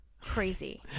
Crazy